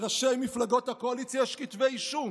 מראשי מפלגות הקואליציה יש כתבי אישום.